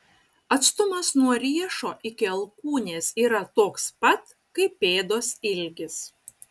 atstumas nuo riešo iki alkūnės yra toks pat kaip pėdos ilgis